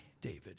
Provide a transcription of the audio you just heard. David